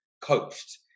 coached